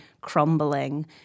crumbling